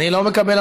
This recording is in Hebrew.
לא, לא,